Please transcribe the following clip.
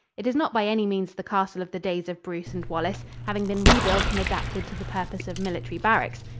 it is not by any means the castle of the days of bruce and wallace, having been rebuilt and adapted to the purpose of military barracks.